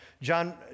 John